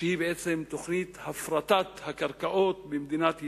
שהיא תוכנית הפרטת הקרקעות במדינת ישראל,